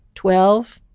twelve